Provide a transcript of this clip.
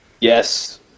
Yes